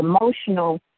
emotional